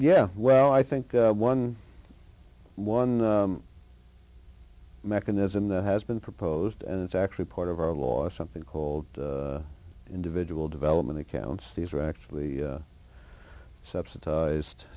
yeah well i think one one mechanism that has been proposed and it's actually part of our law something called individual development accounts these are actually subsidized